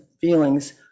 feelings